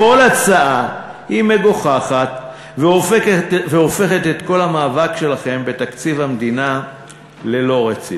לכל הצעה היא מגוחכת והופכת את כל המאבק שלכם בתקציב המדינה ללא-רציני.